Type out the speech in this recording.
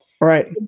Right